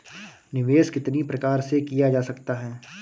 निवेश कितनी प्रकार से किया जा सकता है?